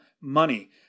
money